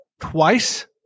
twice